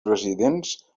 residents